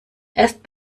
erst